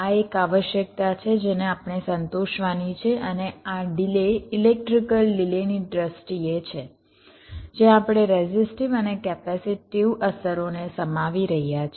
આ એક આવશ્યકતા છે જેને આપણે સંતોષવાની છે અને આ ડિલે ઇલેક્ટ્રિકલ ડિલેની દ્રષ્ટિએ છે જ્યાં આપણે રેઝિસ્ટીવ અને કેપેસિટીવ અસરોને સમાવી રહ્યા છીએ